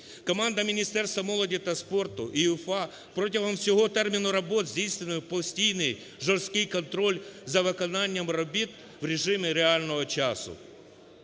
Команда Міністерства молоді та спорту і УЄФА протягом всього терміну робіт здійснював постійний жорсткий контроль за виконанням робіт в режимі реального часу.